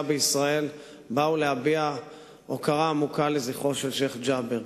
בישראל באו להביע הוקרה עמוקה לזכרו של שיח' ג'בר.